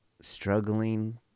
struggling